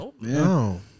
No